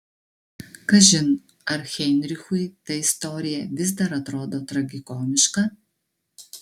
kažin ar heinrichui ta istorija vis dar atrodo tragikomiška